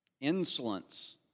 Insolence